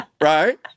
right